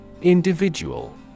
Individual